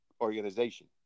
organization